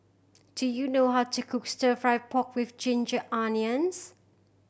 do you know how to cook Stir Fry pork with ginger onions